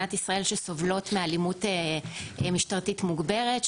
במדינת ישראל שסובלות מאלימות משטרתית מוגברת,